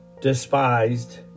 despised